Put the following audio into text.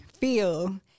feel